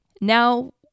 Now